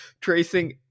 tracing